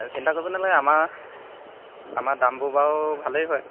চিন্তা কৰিব নালাগে আমাৰ আমাৰ দামবোৰ বাৰু ভালে হয়